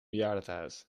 bejaardentehuis